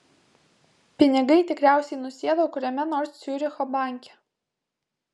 pinigai tikriausiai nusėdo kuriame nors ciuricho banke